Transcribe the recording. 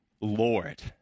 Lord